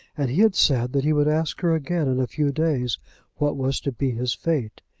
and he had said that he would ask her again in a few days what was to be his fate.